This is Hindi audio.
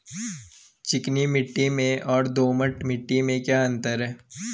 चिकनी मिट्टी और दोमट मिट्टी में क्या अंतर है?